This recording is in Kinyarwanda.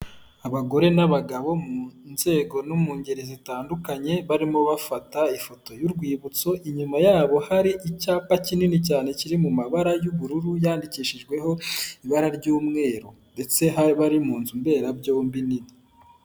Abagore n'abagabo mu nzego no mu ngeri zitandukanye barimo bafata ifoto y'urwibutso, inyuma yabo hari icyapa kinini cyane kiri mu mabara y'ubururu yandikishijweho ibara ry'umweru ndetse bari mu nzu mberabyombi nini.